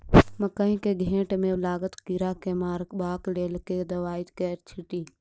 मकई केँ घेँट मे लागल कीड़ा केँ मारबाक लेल केँ दवाई केँ छीटि?